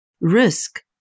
risk